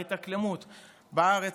ההתאקלמות בארץ,